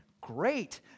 great